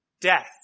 death